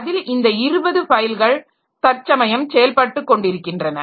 அதில் இந்த 20 ஃபைல்கள் தற்சமயம் செயல்பட்டுக் கொண்டிருக்கின்றன